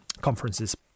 conferences